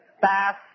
fast